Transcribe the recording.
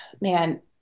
man